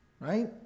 Right